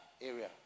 area